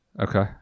Okay